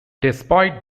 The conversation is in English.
despite